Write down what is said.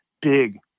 big